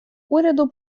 уряду